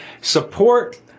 Support